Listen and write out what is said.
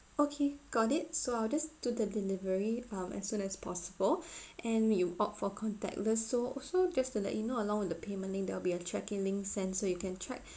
okay got it so I will just do the delivery um as soon as possible and you opt for contactless so so just to let you know along with the payment link there will be a tracking link sent so you can track